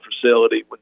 facility